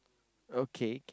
okay